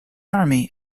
army